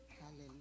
Hallelujah